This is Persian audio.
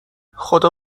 خدا